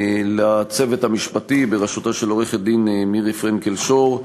לצוות המשפטי בראשות עורכת-הדין מירי פרנקל-שור,